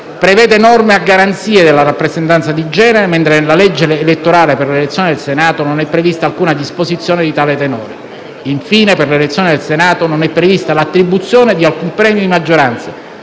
prevede norme a garanzia della rappresentanza di genere, mentre nella legge elettorale per l'elezione del Senato non è prevista alcuna disposizione di tale tenore. Infine, per l'elezione del Senato non è prevista l'attribuzione di alcun premio di maggioranza,